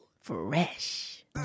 Fresh